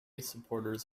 supporters